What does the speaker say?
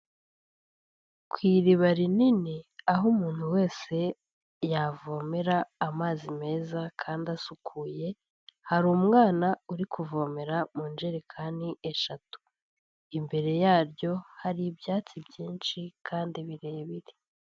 Ku iriba rinini aho umuntu wese yavomera amazi meza kandi asukuye, hari umwana uri kuvomera mu njerekani eshatu, imbere yaryo hari ibyatsi byinshi kandi birebire.